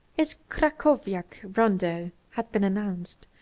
his krakowiak rondo had been announced,